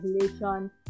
regulation